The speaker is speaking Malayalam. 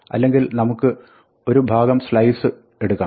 അല്ലെങ്കിൽ നമുക്ക് ഒരു ഭാഗം slice എടുക്കാം